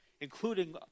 including